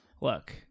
look